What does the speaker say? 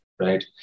right